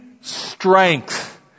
strength